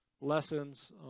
lessons